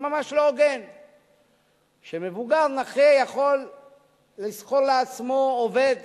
זה ממש לא הוגן שמבוגר נכה יכול לשכור לעצמו עובד